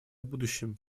будущем